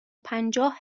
پنجاه